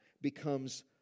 becomes